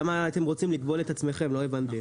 למה אתם רוצים לכבול את עצמכם לא הבנתי?